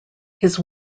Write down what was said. his